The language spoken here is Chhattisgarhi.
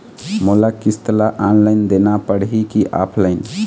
मोला किस्त ला ऑनलाइन देना पड़ही की ऑफलाइन?